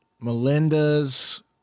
Melinda's